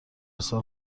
سال